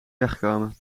wegkomen